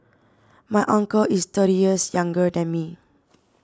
my uncle is thirty years younger than me